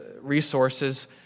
resources